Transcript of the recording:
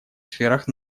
сферах